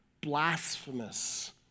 blasphemous